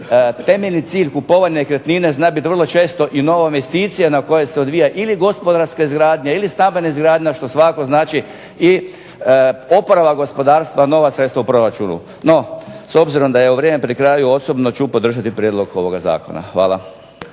temeljni cilj kupovanja nekretnine zna biti vrlo često i nova investicija na kojoj se odvija ili gospodarska izgradnje ili stambena izgradnja što svakako znači i oporavak gospodarstva i nova sredstva u proračunu. No, s obzirom da je vrijeme pri kraju osobno ću podržati prijedlog ovoga zakona. Hvala.